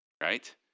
right